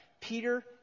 Peter